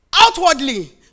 outwardly